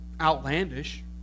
outlandish